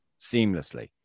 seamlessly